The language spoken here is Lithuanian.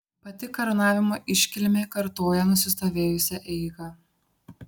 pati karūnavimo iškilmė kartoja nusistovėjusią eigą